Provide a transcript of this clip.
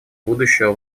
будущего